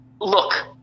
look